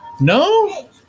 No